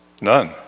None